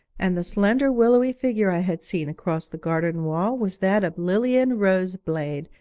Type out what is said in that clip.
and the slender willowy figure i had seen across the garden wall was that of lilian roseblade,